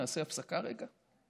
נעשה הפסקה רגע?